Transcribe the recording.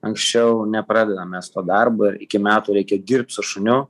anksčiau nepradedam mes to darbo ir iki metų reikia dirbt su šuniu